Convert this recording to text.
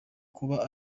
kuba